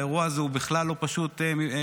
האירוע הזה הוא בכלל לא פשוט אצלם.